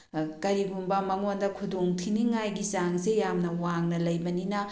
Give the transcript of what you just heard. ꯀꯔꯤꯒꯨꯝꯕ ꯃꯉꯣꯟꯗ ꯈꯨꯗꯣꯡ ꯊꯤꯅꯤꯡꯉꯥꯏꯒꯤ ꯆꯥꯡꯁꯦ ꯌꯥꯝꯅ ꯋꯥꯡꯅ ꯂꯩꯕꯅꯤꯅ